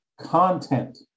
content